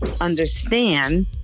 understand